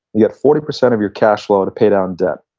you got forty percent of your cash flow to pay down debt,